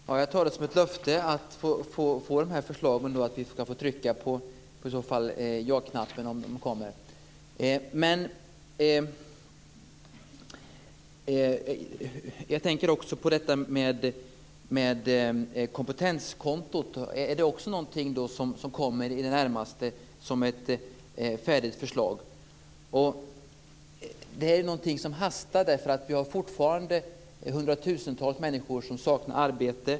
Herr talman! Jag tar det som ett löfte om att få de här förslagen och att vi i så fall ska få trycka på jaknappen. Men jag tänker också på kompetenskontot. Är det också någonting som inom närmaste tiden kommer som ett färdigt förslag? Det här är någonting som hastar, för vi har fortfarande hundratusentals människor som saknar arbete.